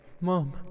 Mom